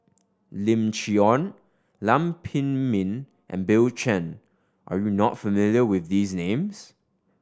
Lim Chee Onn Lam Pin Min and Bill Chen are you not familiar with these names